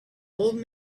old